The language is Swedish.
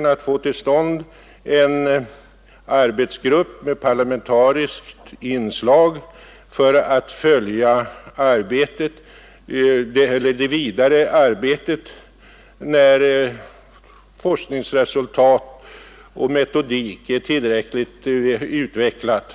mig att få till stånd en arbetsgrupp med parlamentariskt inslag för att följa det vidare arbetet, när forskningsresultat och metodik har utvecklats tillräckligt.